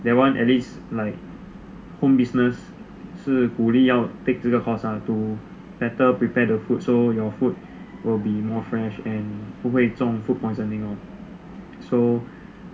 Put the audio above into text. that one at least like home business 是鼓励要 take 这个 course to better prepare the food so your food will be more fresh and 不会中 food poisoning lor so